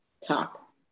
talk